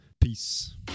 Peace